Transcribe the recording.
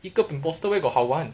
一个 imposter where got 好玩